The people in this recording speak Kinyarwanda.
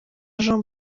jean